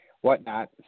whatnot